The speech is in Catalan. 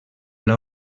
pla